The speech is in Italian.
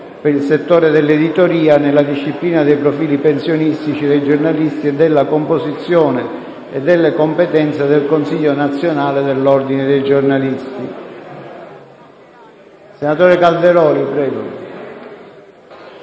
per il settore dell'editoria, della disciplina di profili pensionistici dei giornalisti e della composizione e delle competenze del Consiglio nazionale dell'Ordine dei giornalisti; premesso che: